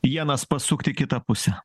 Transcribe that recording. ienas pasukt į kitą pusę